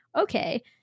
okay